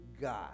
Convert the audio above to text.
God